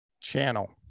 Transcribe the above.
channel